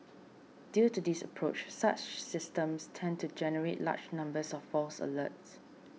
due to this approach such systems tend to generate large numbers of false alerts